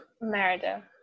Merida